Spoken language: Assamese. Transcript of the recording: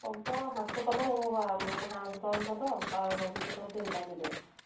হ'ব সাজটো পালেও হ'ব বাৰু মোৰ সাজ দছ বটল আৰু ৰহি বটল তিনিটা দি দিব